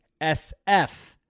SF